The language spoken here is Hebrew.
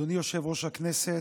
אדוני יושב-ראש הכנסת,